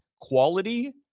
quality